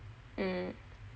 mm